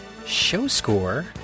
ShowScore